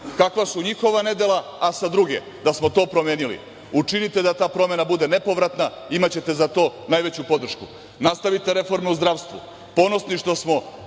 kakva su njihova nedela, a sa druge da smo to promenili. Učinite da ta promena bude nepovratna, imaćete za to najveću podršku. Nastavite reforme u zdravstvu, ponosni što smo